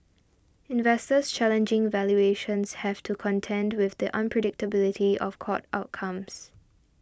investors challenging valuations have to contend with the unpredictability of court outcomes